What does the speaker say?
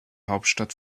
hauptstadt